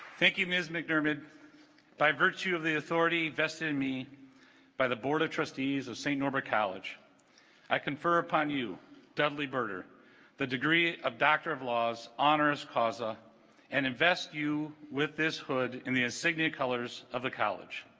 thank you ms mcdermid by virtue of the authority vested in me by the board of trustees of st. norbert college i confer upon you dudley birder the degree of doctor of laws honoris causa and invest you with this hood in the ax signia colors of the college